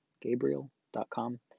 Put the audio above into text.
gabriel.com